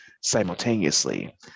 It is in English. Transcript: simultaneously